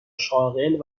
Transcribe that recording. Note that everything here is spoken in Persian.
شاغل